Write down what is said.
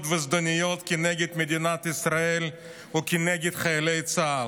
וזדוניות כנגד מדינת ישראל וכנגד חיילי צה"ל.